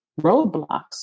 roadblocks